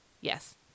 Yes